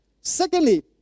Secondly